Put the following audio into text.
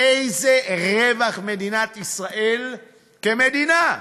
איזה רווח מדינת ישראל כמדינה,